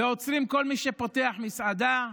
עוצרים כל מי שפותח מסעדה,